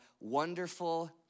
Wonderful